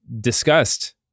discussed